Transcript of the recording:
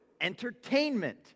entertainment